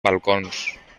balcons